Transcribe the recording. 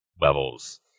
levels